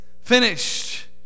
finished